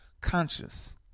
conscious